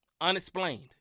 Unexplained